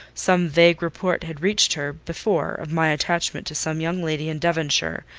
some vague report had reached her before of my attachment to some young lady in devonshire,